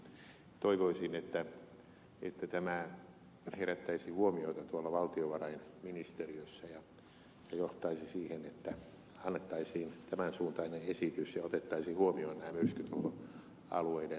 toivoisin että tämä herättäisi huomiota tuolla valtiovarainministeriössä ja johtaisi siihen että annettaisiin tämän suuntainen esitys ja otettaisiin huomioon nämä myrskytuhoalueiden ongelmat